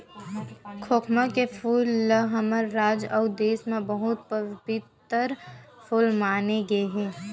खोखमा के फूल ल हमर राज अउ देस म बहुत पबित्तर फूल माने गे हे